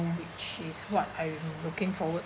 which is what I am looking forward